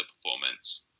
performance